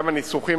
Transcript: גם הניסוחים,